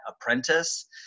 apprentice